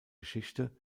geschichte